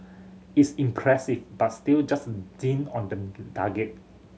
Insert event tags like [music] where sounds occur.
it's impressive but still just a dint on the [unintelligible] target